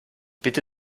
bitte